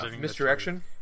misdirection